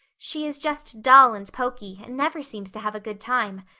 she is just dull and poky and never seems to have a good time.